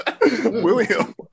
William